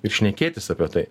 ir šnekėtis apie tai